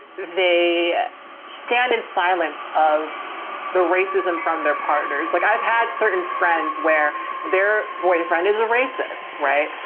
they stand in silence of the racism from their partners. like i've had certain friends where their boyfriend is a racist, right?